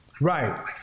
Right